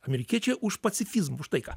amerikiečiai už pacifizmą už taiką